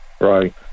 Right